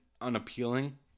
unappealing